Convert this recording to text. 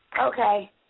Okay